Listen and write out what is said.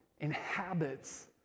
inhabits